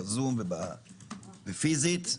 בזום ופיזית.